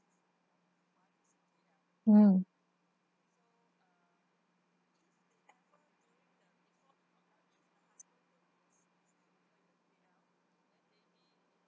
mm